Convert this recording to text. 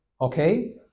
Okay